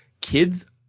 kids